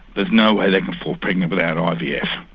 there's no way they can fall pregnant without ivf.